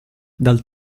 dal